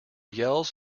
yells